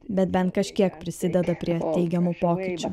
bet bent kažkiek prisideda prie teigiamų pokyčių